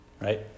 right